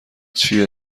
چیه